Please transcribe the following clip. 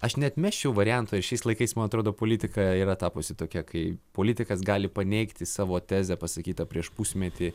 aš neatmesčiau varianto ir šiais laikais man atrodo politika yra tapusi tokia kai politikas gali paneigti savo tezę pasakytą prieš pusmetį